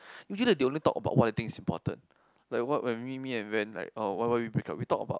usually they only talk about what things important like what when me me and Wen like uh why why we break up we talk about